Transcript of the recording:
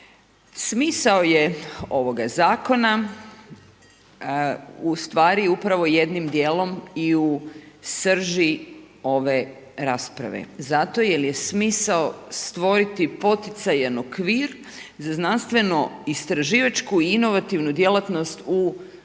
Smisao je ovoga zakona, u stvari upravo jednim dijelom i u srži ove rasprave, zato jer je smisao, stvoriti poticajan okvir za znanstveno istraživačko i inovativnu djelatnost u